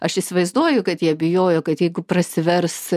aš įsivaizduoju kad jie bijojo kad jeigu prasivers